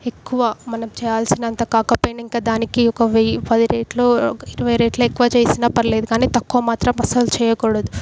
ఎక్కువ మనం చేయాల్సినంత కాకపోయినా ఇంకా దానికి ఒక వెయ్యి పది రేట్లు ఒక ఇరవై రేట్లు ఎక్కువ చేసినా పర్లేదు కానీ తక్కువ మాత్రం అస్సలు చేయకూడదు